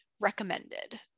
Recommended